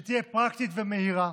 שתהיה פרקטית ומהירה.